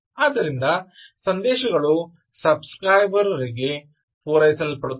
ಆದ್ದರಿಂದ ಸಂದೇಶಗಳು ಸಬ್ ಸ್ಕ್ರೈಬರ್ ರರಿಗೆ ಪೂರೈಸಲ್ಪಡುತ್ತವೆ